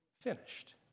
finished